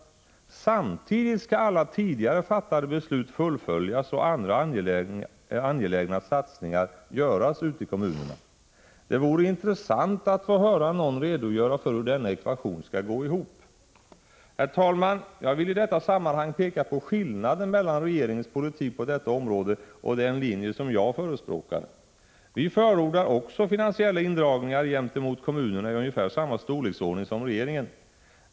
Samtidigt skall alla tidigare fattade beslut fullföljas och andra angelägna satsningar göras ute i kommunerna. Det vore intressant att få höra någon redogöra för hur denna ekvation skall gå ihop. Herr talman! Jag vill i detta sammanhang peka på skillnaden mellan regeringens politik på detta område och den linje kds förespråkar. Vi förordar också finansiella indragningar gentemot kommunerna i ungefär samma storleksordning som regeringen.